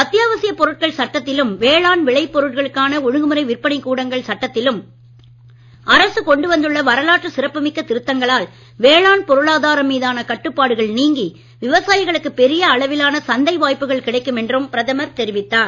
அத்தியாவசியப் சட்டத்திலும் வேளாண் விளை பொருட்களுக்கான பொருட்கள் ஒழுங்குமுறை விற்பனை கூடங்கள் சட்டத்திலும் அரசு கொண்டு வந்துள்ள வரலாற்று சிறப்புமிக்க திருத்தங்களால் வேளாண் பொருளாதாரம் மீதான கட்டுப்பாடுகள் நீங்கி விவசாயிகளுக்கு பெரிய அளவிலான சந்தை வாய்ப்புகள் கிடைக்கும் என்றும் பிரதமர் தெரிவித்தார்